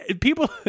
people